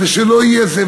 שלא יהיה זה,